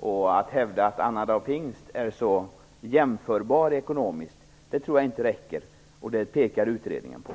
Jag tror inte att det räcker att hävda att annandag pingst är jämförbar ekonomiskt. Det pekar utredningen också